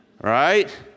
Right